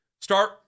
start